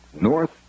North